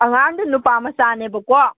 ꯑꯉꯥꯡꯗꯨ ꯅꯨꯄꯥ ꯃꯆꯥꯅꯦꯕꯀꯣ